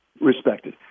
respected